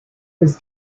his